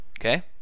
Okay